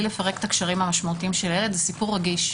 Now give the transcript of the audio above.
לפרק את הקשרים המשמעותיים של הילד זה סיפור רגיש,